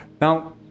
Now